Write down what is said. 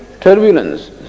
turbulence